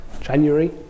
January